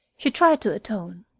she tried to atone.